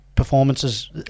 Performances